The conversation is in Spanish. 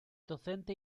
docente